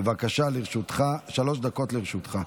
בבקשה, שלוש דקות לרשותך.